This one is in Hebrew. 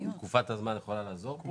תקופת הזמן יכולה לעזור כאן?